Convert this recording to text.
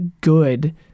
good